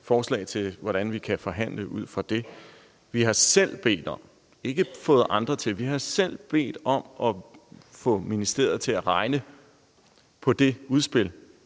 forslag til, hvordan vi kan forhandle ud fra det. Vi har selv bedt om – ikke fået andre til, men selv bedt om – at få ministeriet til at regne på det udspil